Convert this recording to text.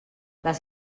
les